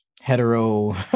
hetero